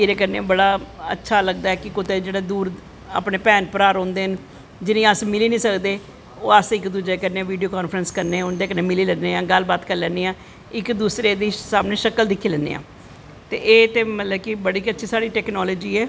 एह्दे कन्नैं बड़ा अच्छा लगदा ऐ कि बड़ा दूर अपनें भैन भ्राह् रौंह्दे न जिनेंगी अस मिली नी सकदे ओह् अस उंदे कन्नैं बीडियो कांफ्रैंस करनें आं मिली लैन्ने आं इक दूसरे दी सामनैं शक्ल दिक्खी लैन्ने आं ते एह् ते बड़ा गै अच्छी साढ़ा टैकनॉलजी ऐ